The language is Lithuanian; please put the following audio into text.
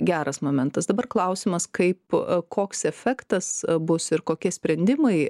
geras momentas dabar klausimas kaip koks efektas bus ir kokie sprendimai